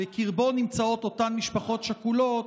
שבקרבו נמצאות אותן משפחות שכולות,